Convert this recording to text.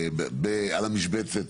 לצד המשבצת,